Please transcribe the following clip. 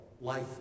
life